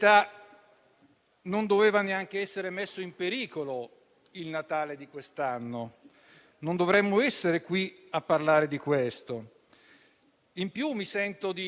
In più, mi sento di dover fare più che una dichiarazione, una richiesta di voto alla maggioranza sulla nostra mozione, perché, dopo il parere del Governo, temo che